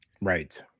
Right